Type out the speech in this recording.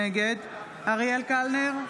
נגד אריאל קלנר,